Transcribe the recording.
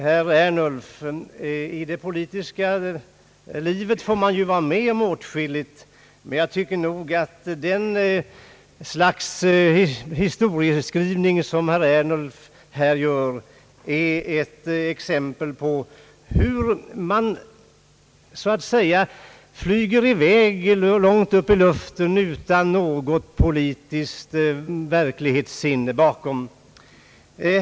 Herr Ernulf, i det politiska livet får man vara med om åtskilligt, men jag tycker nog att det slags historieskrivning som herr Ernulf gör är ett exempel på hur man så att säga flyger i väg långt upp i luften utan något politiskt verklighetssinne bakom sig.